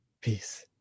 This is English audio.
Peace